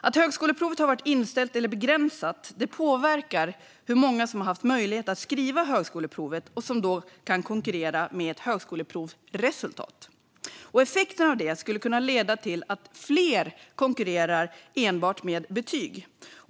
Att högskoleprovet har varit inställt eller begränsat påverkar hur många som har haft möjlighet att skriva högskoleprovet och kan konkurrera med ett högskoleprovsresultat. Effekten av det skulle kunna vara att fler konkurrerar enbart med betyg.